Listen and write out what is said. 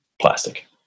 plastic